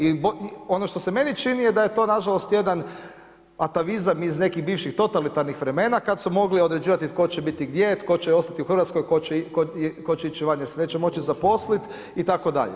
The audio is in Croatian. I ono što se meni čini, je da je to na žalost jedan atavizam iz nekih bivših totalitarnih vremena kad su mogli određivati tko će biti gdje, tko će ostati u Hrvatskoj, tko će ići van jer se neće moći zaposliti itd.